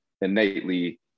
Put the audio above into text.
innately